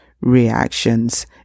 reactions